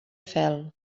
fel